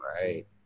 Right